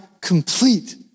complete